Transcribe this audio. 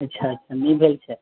अच्छा एखन नहि भेल छै